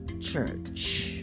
church